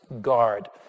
guard